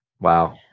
wow